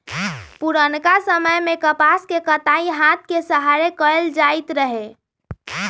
पुरनका समय में कपास के कताई हात के सहारे कएल जाइत रहै